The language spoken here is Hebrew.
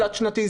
תלת-שנתי,